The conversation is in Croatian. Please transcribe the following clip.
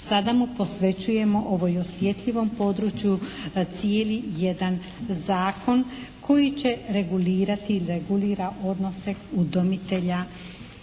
sada mu posvećujemo, ovom osjetljivom području cijeli jedan zakon koji će regulirati i regulira odnose udomitelja